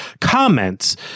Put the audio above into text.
comments